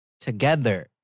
together